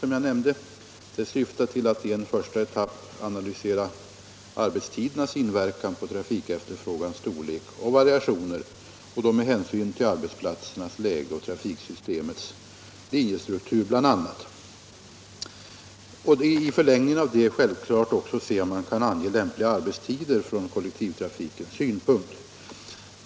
I en första etapp avser man att analysera arbetstidernas inverkan på trafikefterfrågans storlek och variationer, bl.a. med hänsyn till arbetsplatsernas läge och trafiksystemets linjestruktur. I förlängningen av detta skall man självfallet undersöka om man kan ange lämpliga arbetstider ur kollektivtrafikens synpunkt.